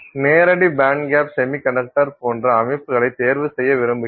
நேரடி bandgap semiconductor போன்ற அமைப்புகளை தேர்வு செய்ய விரும்புகிறோம்